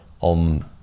on